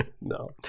no